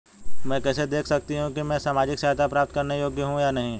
मैं कैसे देख सकती हूँ कि मैं सामाजिक सहायता प्राप्त करने के योग्य हूँ या नहीं?